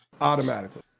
Automatically